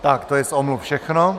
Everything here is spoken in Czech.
Tak to je z omluv všechno.